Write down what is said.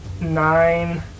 Nine